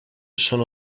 sono